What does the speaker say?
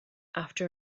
after